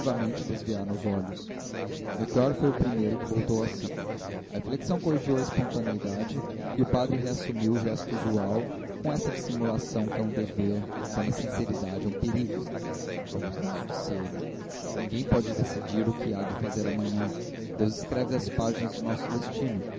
instintivamente desviaram os olhos melchior foi o primeiro que voltou a si a reflexão corrigiu a espontaneidade e o padre reassumiu o gesto usual com essa dissimulação que é um dever quando a sinceridade é um perigo vamos lá disse ele ninguém pode decidir o que há de fazer amanhã deus escreve as páginas do nosso destino